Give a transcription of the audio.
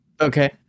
Okay